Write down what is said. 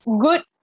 good